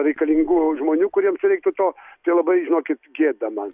reikalingų žmonių kuriems reiktų to tai labai žinokit gėda man